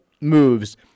moves